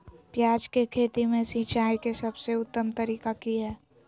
प्याज के खेती में सिंचाई के सबसे उत्तम तरीका की है?